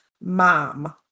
mom